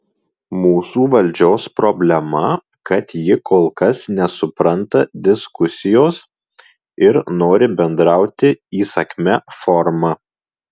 mūsų valdžios problema kad ji kol kas nesupranta diskusijos ir nori bendrauti įsakmia forma